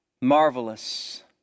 Marvelous